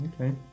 Okay